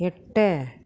எட்டு